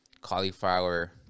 cauliflower